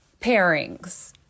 pairings